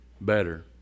better